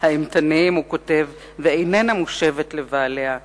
האימתניים ואיננה מושבת לבעליה המקוריים".